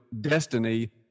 destiny